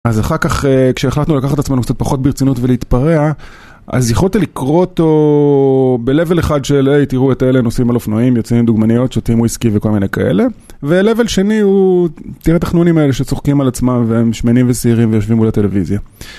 אז אחר כך כשהחלטנו לקחת את עצמנו קצת פחות ברצינות ולהתפרע אז יכולת לקרוא אותו בLevel אחד של "היי תראו את אלה נוסעים על אופנועים, יוצאים עם דוגמניות, שותים וויסקי" וכל מיני כאלה, וLevel שני הוא "תראה את החנונים האלה שצוחקים על עצמם והם שמנים ושעירים ויושבים מול הטלוויזיה"